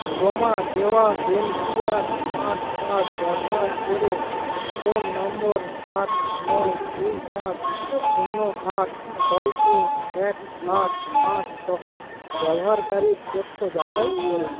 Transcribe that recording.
জমা দেওয়া NPR smart card ব্যবহার করে ফোন নম্বর সাত নয় দুই সাত শূন্য আট ছয় তিন এক আট পাঁচ সহ ব্যবহারকারীর তথ্য যাচাই করুন